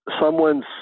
someone's